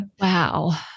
Wow